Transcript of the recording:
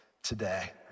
today